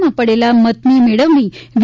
માં પડેલા મતની મેળવણી વી